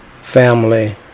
family